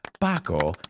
Paco